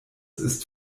ist